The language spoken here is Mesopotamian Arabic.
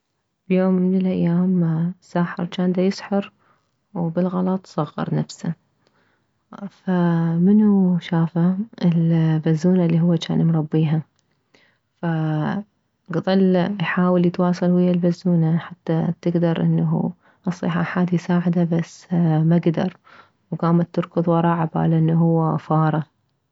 بيوم من الايام ساحر جان ديسحر وبالغلط صغر نفسه فمنو شافه البزونة الي هو جان مربيها فظل يحاول يتواصل ويه البزونة حتى تكدر انه تصيح احد يساعده بس ما كدر وكامت تركض وراه عبالها انه هو فارة